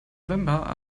november